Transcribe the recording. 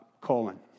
colon